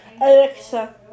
Alexa